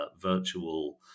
virtual